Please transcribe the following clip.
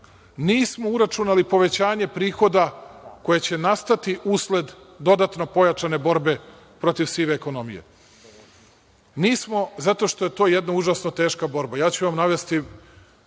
strani povećanje prihoda koje će nastati usled dodatno pojačane borbe protiv sive ekonomije. Nismo, zato što je to jedna užasno teška borba. Ja ću vam navesti